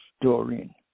Doreen